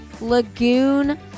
Lagoon